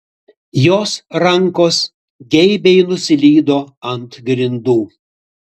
jos rankos geibiai nuslydo ant grindų